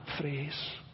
phrase